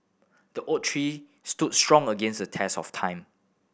the oak tree stood strong against the test of time